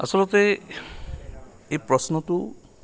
আচলতে এই প্ৰশ্নটো